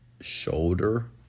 shoulder